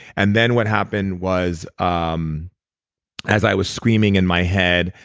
and then, what happen was um as i was screaming in my head,